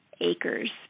acres